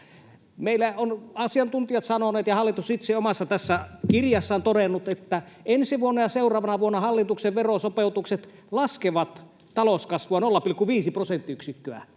Meillä ovat asiantuntijat sanoneet ja hallitus itse tässä omassa kirjassaan todennut, että ensi vuonna ja seuraavana vuonna hallituksen verosopeutukset laskevat talouskasvua 0,5 prosenttiyksikköä.